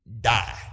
die